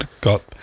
got